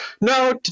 no